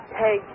hey